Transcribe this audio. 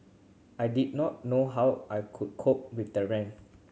I did not know how I could cope with the rent